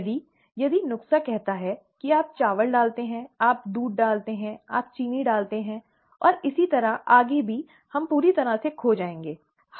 यदि यदि नुस्खा कहता है कि आप चावल डालते हैं आप दूध डालते हैं आप चीनी डालते हैं और इसी तरह आगे भी हम पूरी तरह से खो जाएंगे है ना